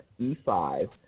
E5